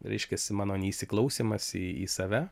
reiškiasi mano neįsiklausymas į į save